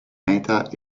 meta